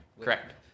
Correct